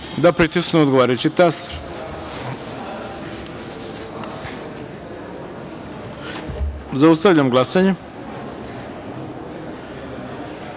da pritisnu odgovarajući taster. Zaustavljam glasanje: